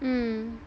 mm